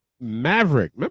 Maverick